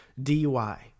DUI